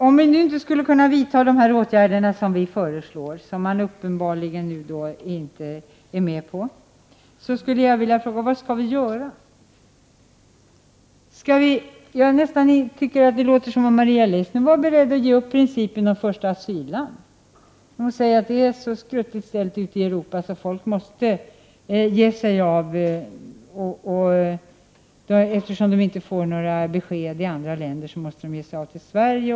Om vi inte skulle kunna vidta de åtgärder som vi föreslår, som man uppenbarligen nu inte är med på, vill jag fråga: Vad skall vi göra? Jag tycker att det låter som om Maria Leissner var beredd att ge upp principen om första asylland. Hon säger att det är så skruttigt ställt ute i Europa att människor måste ge sig av. Eftersom de inte får några besked i andra länder måste de ge 45 sig av till Sverige.